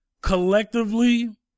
collectively